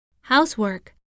Housework